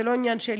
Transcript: זה לא עניין שלי.